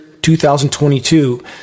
2022